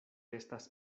estas